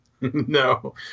No